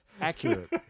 Accurate